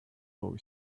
boy